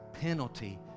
penalty